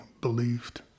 believed